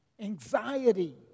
anxiety